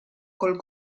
col